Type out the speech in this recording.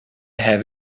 have